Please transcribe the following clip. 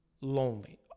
lonely